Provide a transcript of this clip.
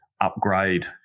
upgrade